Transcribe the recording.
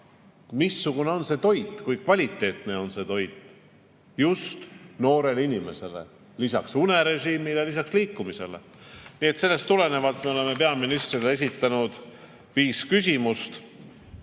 missugune on see toit, kui kvaliteetne on see toit, just noorele inimesele, lisaks unerežiimile ja lisaks liikumisele. Nii et sellest tulenevalt me oleme peaministrile esitanud viis küsimust.